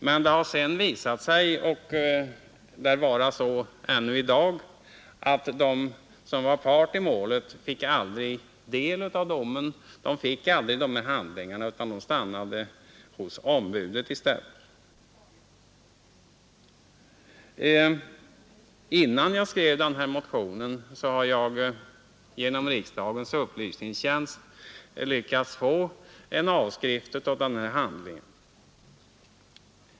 Men det har sedan visat sig — och det lär vara så än i dag — att parten i målet fick aldrig del av domen. Man fick således aldrig de här handlingarna, utan de stannade hos ombudet i stället. Innan jag skrev motionen hade jag genom riksdagens upplysningstjänst lyckats få en avskrift av handlingen.